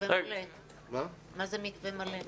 מה זה מתווה מלא?